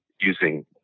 using